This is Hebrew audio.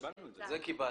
את זה קיבלנו.